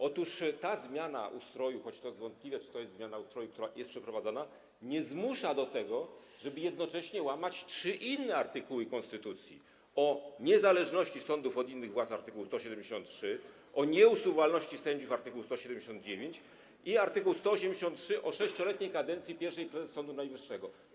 Otóż ta zmiana ustroju, choć to jest wątpliwe, czy to jest zmiana ustroju, która jest przeprowadzana, nie zmusza do tego, żeby jednocześnie łamać trzy inne artykuły konstytucji: o niezależności sądów od innych władz - art. 173, o nieusuwalności sędziów - art. 179, a także art. 183 o 6-letniej kadencji pierwszej prezes Sądu Najwyższego.